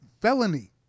felony